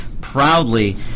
proudly